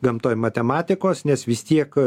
gamtoj matematikos nes vis tiek